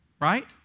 Right